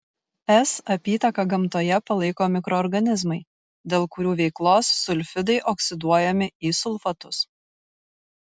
s apytaką gamtoje palaiko mikroorganizmai dėl kurių veiklos sulfidai oksiduojami į sulfatus